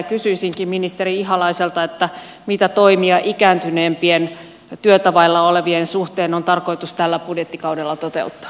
kysyisinkin ministeri ihalaiselta mitä toimia ikääntyneempien työtä vailla olevien suhteen on tarkoitus tällä budjettikaudella toteuttaa